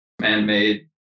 man-made